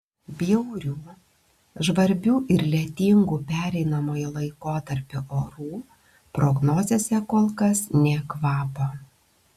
bjaurių žvarbių ir lietingų pereinamojo laikotarpio orų prognozėse kol kas nė kvapo